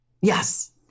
Yes